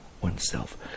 oneself